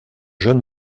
jeunes